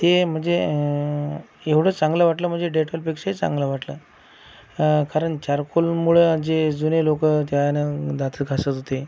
ते म्हणजे एवढं चांगलं वाटलं म्हणजे डेटॉलपेक्षाही चांगलं वाटलं कारण चारकोलमुळं जे जुने लोकं त्यानं दात घासत होते